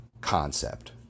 concept